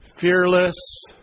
fearless